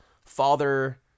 Father